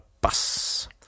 bus